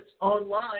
online